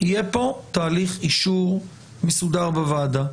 יהיה פה תהליך אישור מסודר בוועדה.